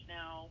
now